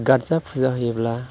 गारजा फुजा होयोब्ला